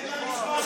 אין מה לשמוע,